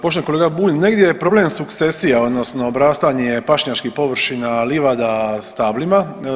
Poštovani kolega Bulj, negdje je problem sukcesija, odnosno obrastanje pašnjačkih površina, livada stablima.